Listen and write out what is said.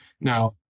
Now